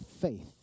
faith